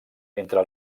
entre